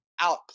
out